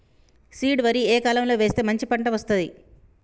Seed వరి ఏ కాలం లో వేస్తే మంచి పంట వస్తది?